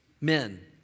Men